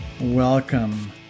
Welcome